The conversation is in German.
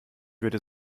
würde